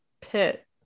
pit